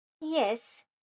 Yes